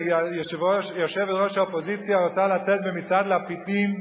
שיושבת-ראש האופוזיציה רוצה לצאת במצעד לפידים,